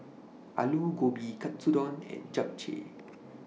Alu Gobi Katsudon and Japchae